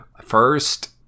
first